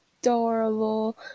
adorable